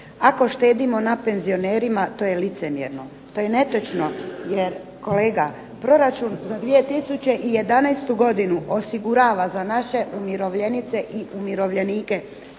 ako štedimo na penzionerima to je licemjerno. To je netočno, jer kolega proračun za 2011. godinu osigurava za naše umirovljenice i umirovljenike